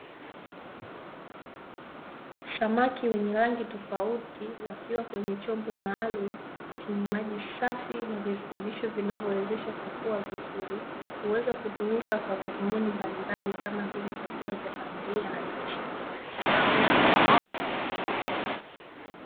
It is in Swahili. Samaki wenye rangi tofauti, wakiwa kwenye chombo maalumu chenye maji safi na virutubisho vinavyowezesha kukua vizuri, huweza kutumika kwa madhumuni mbalimbali kama vile chakula cha familia na biashara.